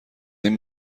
این